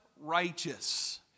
righteous